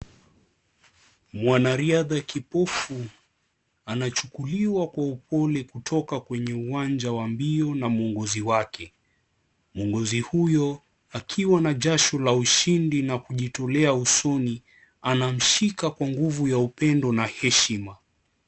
Mwanariadha kipofu anachukuliwa kwa upole kutoka kwenye uwanja wa mbio na mwongozi wake. Mwongozi huyo akiwa na jasho la ushindi na kujitulia husuni anamshika kwa nguvu ya upendo na heshima.